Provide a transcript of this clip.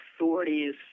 authorities